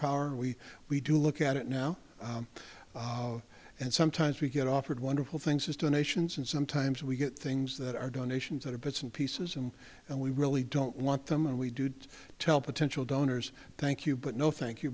power and we we do look at it now and sometimes we get offered wonderful things as donations and sometimes we get things that are donations that are bits and pieces and and we really don't want them and we do tell potential donors thank you but no thank you